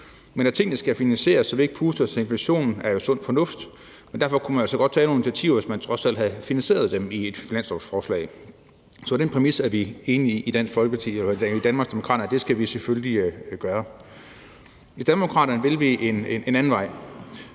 Men at tingene skal finansieres, så vi ikke puster til inflationen, er sund fornuft, og derfor kunne man altså godt tage nogle initiativer, hvis man trods alt havde finansieret dem i et finanslovsforslag. Så den præmis er vi enige i i Danmarksdemokraterne, så det skal vi selvfølgelig gøre. I Danmarksdemokraterne vil vi en anden vej,